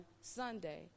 Sunday